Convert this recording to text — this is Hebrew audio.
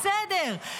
בסדר.